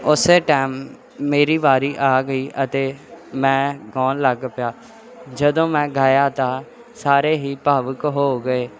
ਉਸੇ ਟਾਈਮ ਮੇਰੀ ਵਾਰੀ ਆ ਗਈ ਅਤੇ ਮੈਂ ਗਾਉਣ ਲੱਗ ਪਿਆ ਜਦੋਂ ਮੈਂ ਗਾਇਆ ਤਾਂ ਸਾਰੇ ਹੀ ਭਾਵੁਕ ਹੋ ਗਏ